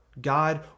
God